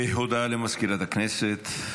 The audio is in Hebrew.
הודעה לסגנית מזכיר הכנסת.